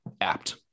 apt